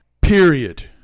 period